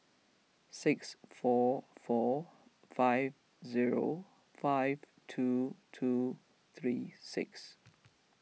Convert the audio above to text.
six four four five zero five two two three six